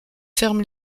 ferme